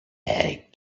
eric